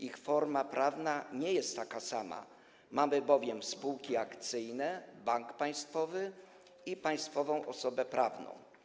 Ich forma prawna nie jest taka sama, mamy bowiem spółki akcyjne, bank państwowy i państwową osobę prawną.